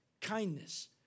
kindness